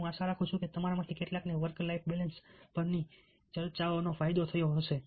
અને હું આશા રાખું છું કે તમારામાંથી કેટલાકને વર્ક લાઈફ બેલેન્સ પરની ચર્ચાથી પણ ફાયદો થયો છે